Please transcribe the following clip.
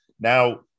Now